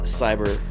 cyber